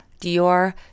Dior